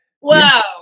Wow